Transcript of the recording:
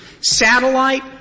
satellite